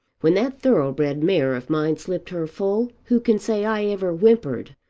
when that thoroughbred mare of mine slipped her foal who can say i ever whimpered.